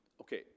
Okay